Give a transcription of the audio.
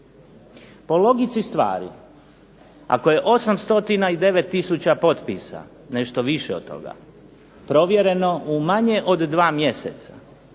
Po logici stvari ako je 809 tisuća potpisa, nešto više od toga, provjereno u manje od 2 mjeseca